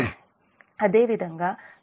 అదేవిధంగా 2 - Z2 Ia2 Ia2 Ia3 Z0 Ia3 Ia0 Ia3